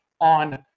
on